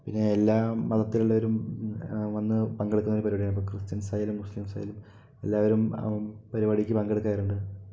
പിന്നേ എല്ലാ മതത്തിലുള്ളവരും വന്ന് പങ്കെടുക്കുന്ന ഒരു പരിപാടിയാണ് ഇപ്പോൾ ക്രിസ്ത്യൻസായാലും മുസ്ലിംസായാലും എല്ലാവരും പരിപാടിക്ക് പങ്കെടുക്കാറുണ്ട്